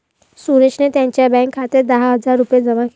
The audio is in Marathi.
सुरेशने त्यांच्या बँक खात्यात दहा हजार रुपये जमा केले